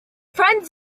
friend